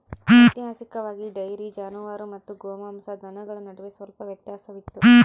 ಐತಿಹಾಸಿಕವಾಗಿ, ಡೈರಿ ಜಾನುವಾರು ಮತ್ತು ಗೋಮಾಂಸ ದನಗಳ ನಡುವೆ ಸ್ವಲ್ಪ ವ್ಯತ್ಯಾಸವಿತ್ತು